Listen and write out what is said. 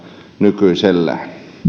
nykyisellään